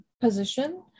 position